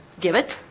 give it